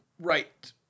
Right